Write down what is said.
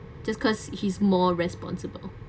just because he's more responsible